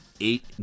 eight